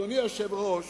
אדוני היושב-ראש,